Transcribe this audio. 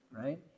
right